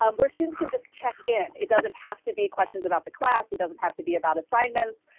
um where students can just check in. it doesn't have to be questions about the class. it doesn't have to be about assignments.